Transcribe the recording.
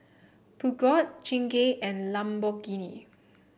Peugeot Chingay and Lamborghini